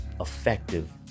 effective